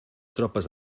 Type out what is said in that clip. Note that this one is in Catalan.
tropes